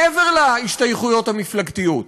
מעבר להשתייכויות המפלגתיות,